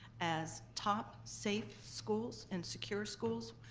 as top safe schools and secure schools.